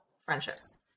friendships